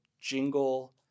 jingle